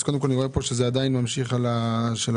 אז קודם כל אני רואה פה שזה עדיין ממשיך כמו בקורונה,